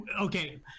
Okay